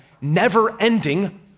never-ending